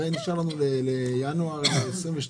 הרי נשאר לנו לינואר 22'